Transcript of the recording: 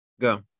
go